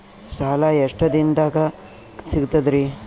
ಸಾಲಾ ಎಷ್ಟ ದಿಂನದಾಗ ಸಿಗ್ತದ್ರಿ?